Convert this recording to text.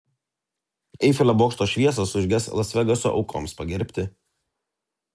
eifelio bokšto šviesos užges las vegaso aukoms pagerbti